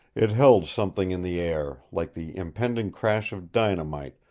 it held something in the air, like the impending crash of dynamite,